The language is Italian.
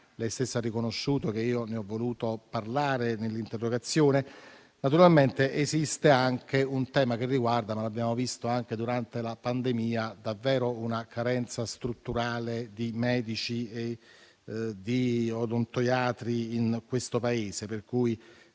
lei stessa ha riconosciuto che io ne ho voluto parlare nell'interrogazione. Esiste anche un tema che riguarda - l'abbiamo visto anche durante la pandemia - una carenza strutturale di medici e di odontoiatri in questo Paese. Pensiamo